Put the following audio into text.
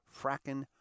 fracking